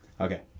Okay